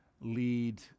lead